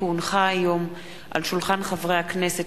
כי הונחה היום על שולחן הכנסת,